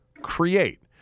create